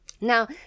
Now